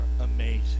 amazing